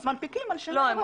אז מנפיקים על שם היורש.